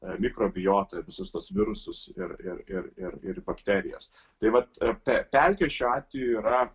mikrobiotą visus tuos virusus ir ir ir bakterijas tai vat pe pelkė šiuo atveju yra